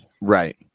Right